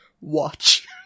watch